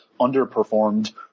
underperformed